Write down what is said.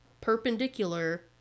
perpendicular